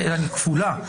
כפולה.